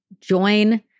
join